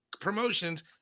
promotions